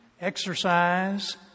exercise